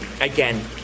again